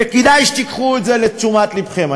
וכדאי שתיקחו את זה לתשומת לבכם.